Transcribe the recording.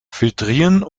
filtrieren